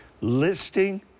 listing